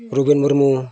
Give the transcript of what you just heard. ᱨᱮᱵᱮᱱ ᱢᱩᱨᱢᱩ